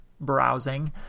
browsing